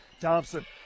Thompson